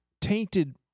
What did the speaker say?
tainted